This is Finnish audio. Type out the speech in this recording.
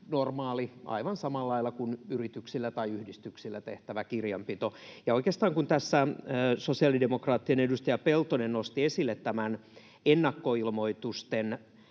normaali, aivan samalla lailla kuin yrityksillä tai yhdistyksillä tehtävä kirjanpito. Oikeastaan kun tässä sosiaalidemokraattien edustaja Peltonen nosti esille nämä ennakkoilmoitukset